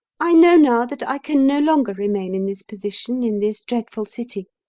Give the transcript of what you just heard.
i know now that i can no longer remain in this position in this dreadful city.